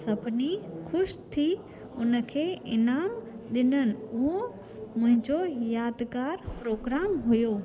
सभिनी ख़ुशि थी उन खे इनामु ॾिननि उहो मुंहिंजो यादगारु प्रोग्राम हुओ